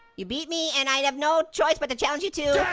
you beat me and i have no choice but to challenge you to.